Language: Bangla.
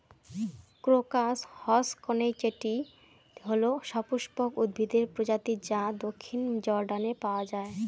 ক্রোকাস হসকনেইচটি হল সপুষ্পক উদ্ভিদের প্রজাতি যা দক্ষিণ জর্ডানে পাওয়া য়ায়